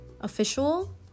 Official